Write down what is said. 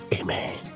Amen